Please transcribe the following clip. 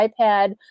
iPad